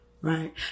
Right